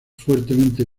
fuertemente